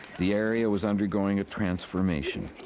the area was undergoing a transformation.